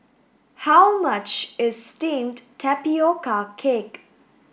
how much is steamed tapioca cake